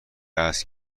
است